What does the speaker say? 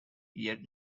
yet